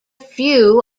few